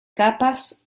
capas